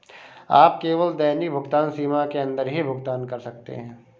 आप केवल दैनिक भुगतान सीमा के अंदर ही भुगतान कर सकते है